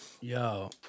Yo